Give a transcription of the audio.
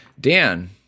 Dan